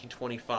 1925